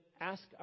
ask